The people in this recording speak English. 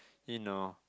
you know